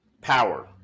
power